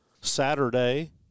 Saturday